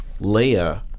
Leia